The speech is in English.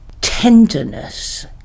tenderness